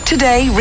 Today